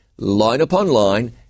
LineUponLine